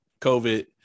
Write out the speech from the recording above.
COVID